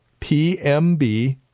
PMB